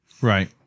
right